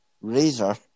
Razor